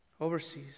overseas